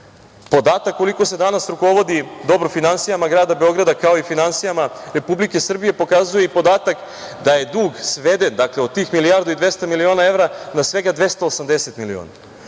Podatak koliko se danas rukovodi dobro finansijama grada Beograda, kao i finansijama Republike Srbije pokazuje i podatak da je dug sveden od tih milijardu i 200 miliona evra na svega 280 miliona.